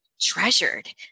treasured